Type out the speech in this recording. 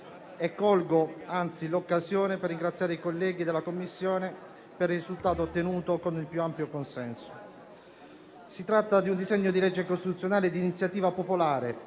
Colgo l'occasione per ringraziare i colleghi della Commissione per il risultato ottenuto con il più ampio consenso. Si tratta di un disegno di legge costituzionale di iniziativa popolare,